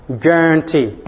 Guarantee